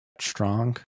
strong